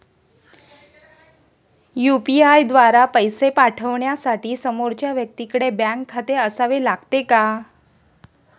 UPI द्वारा पैसे पाठवण्यासाठी समोरच्या व्यक्तीकडे बँक खाते असावे लागते का?